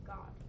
God